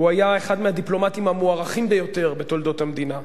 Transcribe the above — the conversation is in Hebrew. והוא היה אחד מהדיפלומטים המוערכים ביותר בתולדות המדינה,